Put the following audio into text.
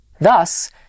Thus